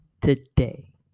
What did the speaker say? today